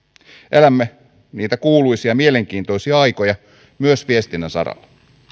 elämme niitä kuuluisia mielenkiintoisia aikoja myös viestinnän saralla